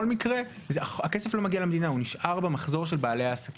80%. נאמר שאני מצמצם ב-70%.